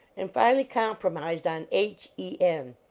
and finally compromised on h e n.